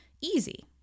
easy